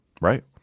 Right